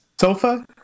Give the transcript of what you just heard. sofa